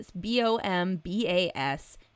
B-O-M-B-A-S